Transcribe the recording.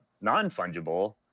Non-fungible